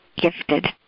gifted